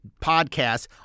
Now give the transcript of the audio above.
podcasts